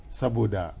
saboda